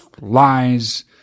lies